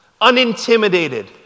Unintimidated